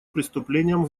преступлениям